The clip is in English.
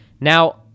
Now